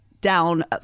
down